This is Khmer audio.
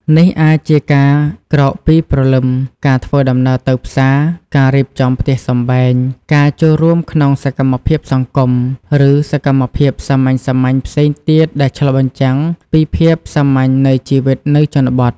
នេះអាចជាការក្រោកពីព្រលឹម ការធ្វើដំណើរទៅផ្សារ ការរៀបចំផ្ទះសម្បែង ការចូលរួមក្នុងសកម្មភាពសង្គម ឬសកម្មភាពសាមញ្ញៗផ្សេងទៀតដែលឆ្លុះបញ្ចាំងពីភាពសាមញ្ញនៃជីវិតនៅជនបទ។